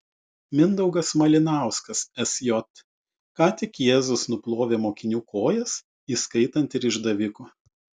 mindaugas malinauskas sj ką tik jėzus nuplovė mokinių kojas įskaitant ir išdaviko